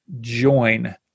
join